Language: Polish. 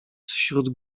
śród